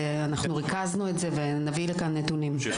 אנחנו ריכזנו את זה ונביא לכאן נתונים.